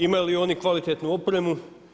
Ima li oni kvalitetnu opremu?